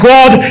God